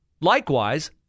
likewise